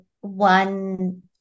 one